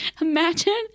imagine